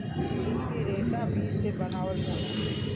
सूती रेशा बीज से बनावल जाला